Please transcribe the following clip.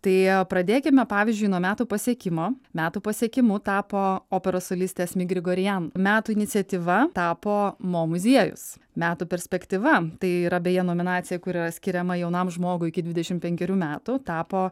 tai pradėkime pavyzdžiui nuo metų pasiekimo metų pasiekimu tapo operos solistė asmik grigorian metų iniciatyva tapo mo muziejus metų perspektyva tai yra beje nominacija kurią skiriama jaunam žmogui iki dvidešim penkerių metų tapo